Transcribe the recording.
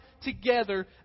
together